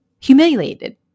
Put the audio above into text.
humiliated